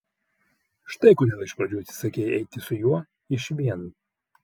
štai kodėl iš pradžių atsisakei eiti su juo išvien